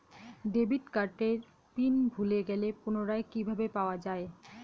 Debit কার্ডের pin ভুলে গেলে পুনরায় কিভাবে পাওয়া য়ায়?